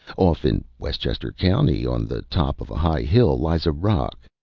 off in westchester county, on the top of a high hill, lies a rock,